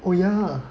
well yeah